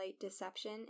deception